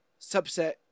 subset